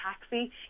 taxi